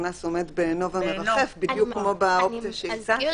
הקנס עומד בעינו ומרחף, בדיוק כמו באופציה שהצעתם.